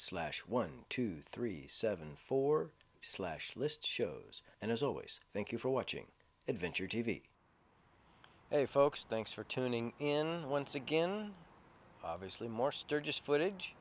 slash one two three seven four slash list shows and as always thank you for watching adventure t v a folks thanks for tuning in once again obviously more sturgis footage